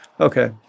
Okay